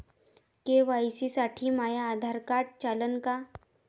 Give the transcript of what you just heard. KYC साठी माह्य Aadhaar card चालन का?